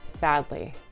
Badly